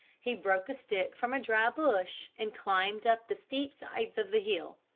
he broke a stick from a dry bush and climbed up the steep sides of the hill.